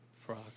Frog